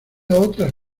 otras